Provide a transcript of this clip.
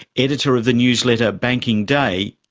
editor of the newsletter banking day,